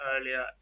earlier